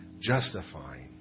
justifying